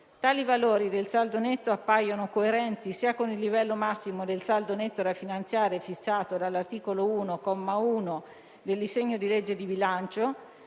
Tali valori del saldo netto appaiono coerenti sia con il livello massimo del saldo netto da finanziare fissato dall'articolo 1, comma 1, del disegno di legge di bilancio,